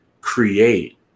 create